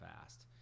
fast